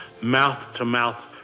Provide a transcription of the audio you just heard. mouth-to-mouth